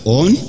on